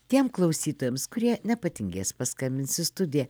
tiem klausytojams kurie nepatingės paskambins į studiją